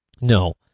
No